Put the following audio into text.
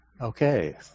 Okay